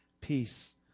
peace